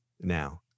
now